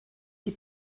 die